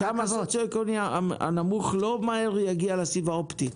שם הסוציו אקונומי הנמוך לא יגיע מהר לסיב האופטי.